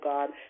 God